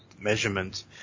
measurement